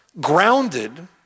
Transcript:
grounded